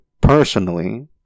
personally